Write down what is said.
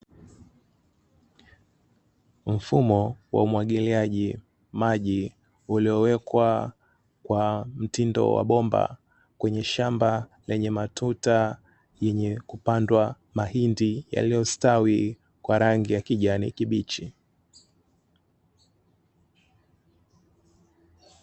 Mfumo wa umwagiliaji maji, uliowekwa kwa mtindo wa bomba kwenye shamba lenye matuta yenye kupandwa mahindi yaliyostawi kwa rangi ya kijani kibichi.